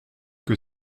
que